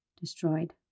destroyed